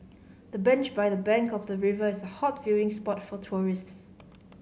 the bench by the bank of the river is hot viewing spot for tourists